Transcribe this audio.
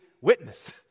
witness